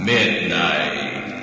Midnight